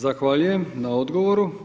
Zahvaljujem na odgovoru.